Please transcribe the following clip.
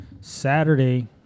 Saturday